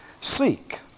seek